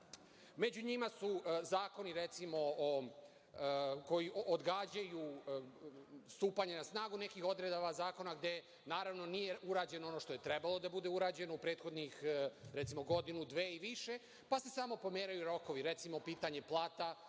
među njima su zakoni, recimo, koji odgađaju stupanje na snagu nekih odredaba zakona gde naravno nije urađeno ono što je trebalo da bude urađeno u prethodnih godinu, dve i više, pa se samo pomeraju rokovi. Recimo, pitanje plata